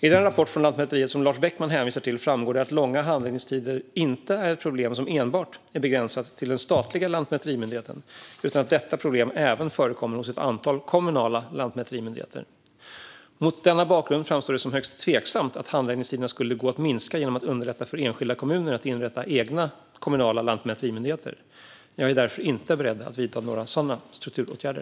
I den rapport från Lantmäteriet som Lars Beckman hänvisar till framgår det att långa handläggningstider inte är ett problem som enbart är begränsat till den statliga lantmäterimyndigheten utan att detta problem även förekommer hos ett antal kommunala lantmäterimyndigheter. Mot denna bakgrund framstår det som högst tveksamt att handläggningstiderna skulle gå att minska genom att underlätta för enskilda kommuner att inrätta egna kommunala lantmäterimyndigheter. Jag är därför inte beredd att vidta några sådana strukturåtgärder.